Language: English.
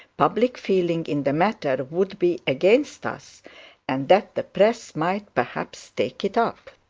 public feeling in the matter would be against us and that the press might perhaps take it up